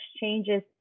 changes